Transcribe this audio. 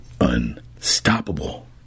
unstoppable